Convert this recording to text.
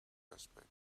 aspect